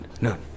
no